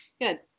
Good